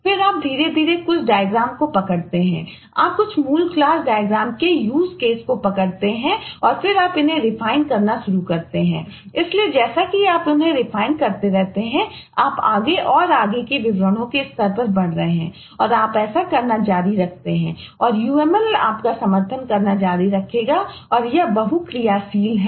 फिर आप धीरे धीरे कुछ डायग्राम है